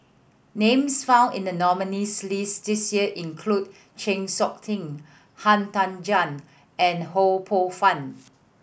names found in the nominees' list this year include Chng Seok Tin Han Tan Juan and Ho Poh Fun